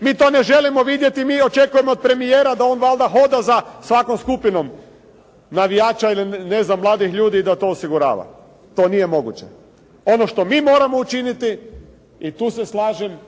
mi to ne želimo vidjeti. Mi očekujemo od premijera da on valjda hoda za svakom skupinom navijača ili ne znam mladih ljudi i da to osigurava. To nije moguće. Ono što mi moramo učiniti i tu se slažem